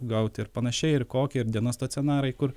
gauti ir panašiai ir kokį ir dienos stacionarai kur